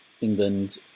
England